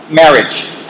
marriage